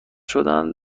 شدن